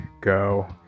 go